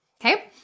Okay